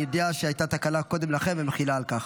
אני יודע שהייתה תקלה קודם לכן, ומחילה על כך.